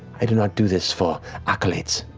i do not do this for accolades.